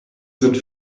sind